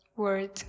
word